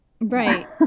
Right